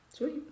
Sweet